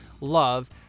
love